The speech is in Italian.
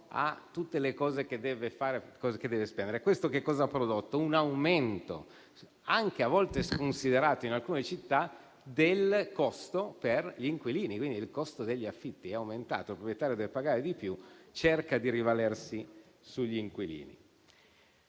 a tutte le cose che deve fare. Questo ha prodotto un aumento, a volte anche sconsiderato in alcune città, del costo per gli inquilini, quindi il costo degli affitti è aumentato: il proprietario deve pagare di più e cerca di rivalersi sugli inquilini.